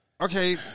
okay